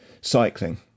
cycling